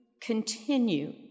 continue